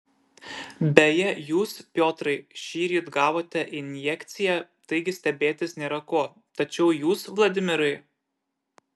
beje jūs piotrai šįryt gavote injekciją taigi stebėtis nėra ko tačiau jūs vladimirai